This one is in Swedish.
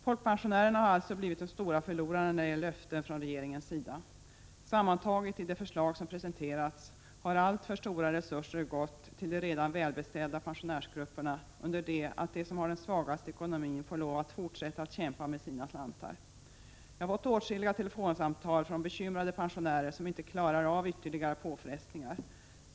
Folkpensionärerna har alltså blivit de stora förlorarna när det gäller löften från regeringens sida. Sammantaget i de förslag som presenterats har alltför stora resurser gått till de redan välbeställda pensionärsgrupperna, under det att de som har den svagaste ekonomin får lov att fortsätta att kämpa med sina slantar. Jag har fått åtskilliga telefonsamtal från bekymrade pensionärer som inte klarar av ytterligare påfrestningar.